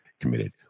committed